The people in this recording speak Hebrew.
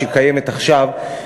שקיימת עכשיו,